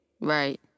Right